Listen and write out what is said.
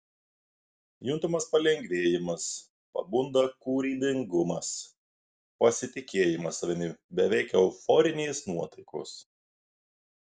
juntamas palengvėjimas pabunda kūrybingumas pasitikėjimas savimi beveik euforinės nuotaikos